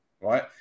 right